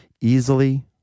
easily